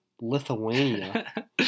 Lithuania